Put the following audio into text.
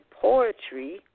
Poetry